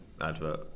advert